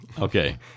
Okay